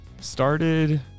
started